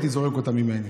הייתי זורק אותה ממני,